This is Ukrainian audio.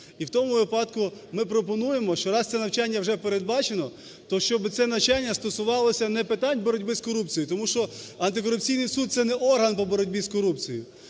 І в тому випадку ми пропонуємо, що раз це навчання вже передбачено, то щоби це навчання стосувалося не питань боротьби з корупцією. Тому що антикорупційний суд – це не орган по боротьбі з корупцією,